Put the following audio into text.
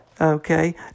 okay